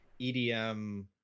EDM